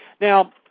Now